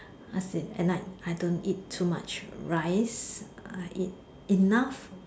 as in at night I don't eat too much rice I eat enough